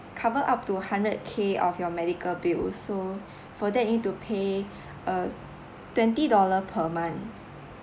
cover up to hundred K of your medical bills so for that you need to pay uh twenty dollars per month